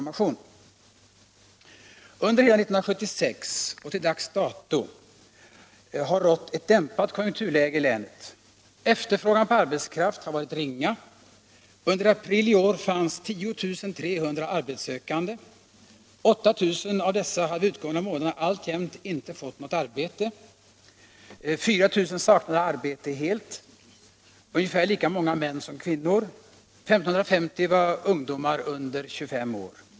Under hela 1976 och till dags dato har det rått ett dämpat konjunkturläge i länet. Efterfrågan på arbetskraft har varit ringa. Under april i år fanns 10 300 arbetssökande. 8000 av dessa hade vid utgången av månaden alltjämt inte fått något arbete. 4 000 saknade arbete helt. Av dem var ungefär lika många män som kvinnor, och 1 550 var ungdomar under 25 år.